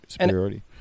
superiority